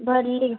भरली